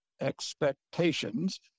expectations